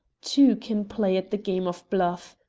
two can play at the game of bluff.